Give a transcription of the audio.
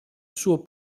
suo